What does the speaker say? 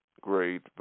great